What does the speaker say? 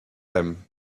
him